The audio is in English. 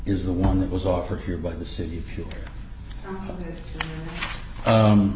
is the one that was offered here by the city